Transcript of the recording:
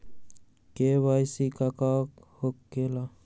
KYC का हो के ला?